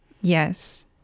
Yes